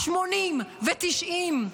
80 ו-90,